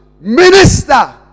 minister